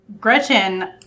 Gretchen